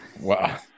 wow